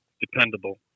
dependable